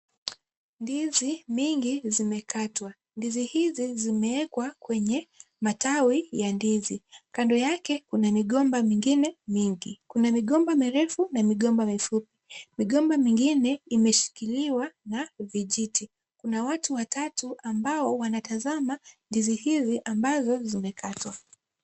Ndizi nyingi zimekatwa. Ndizi hizi zimewekwa kwenye matawi ya ndizi. Kando yake kuna migomba mingine mingi. Kuna migomba mirefu na migomba mifupi. Migomba mengine imeshikiliwa na vijiti na watu watatu ambao wanatazama ndizi hizi ambazo zimekatwa.